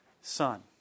son